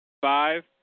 Five